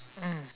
mm